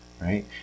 right